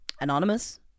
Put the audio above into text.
Anonymous